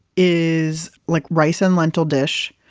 is like rice and lentil dish.